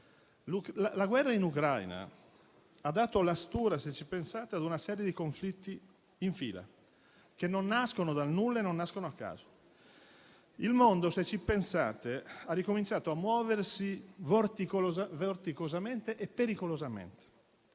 La guerra in Ucraina ha dato la stura, se ci pensate, a una serie di conflitti in fila, che non nascono dal nulla e non nascono a caso. Il mondo ha ricominciato a muoversi vorticosamente e pericolosamente.